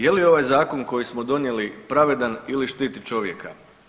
Je li ovaj zakon koji smo donijeli pravedan ili štit čovjeka.